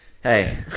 hey